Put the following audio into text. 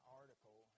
article